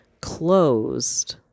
closed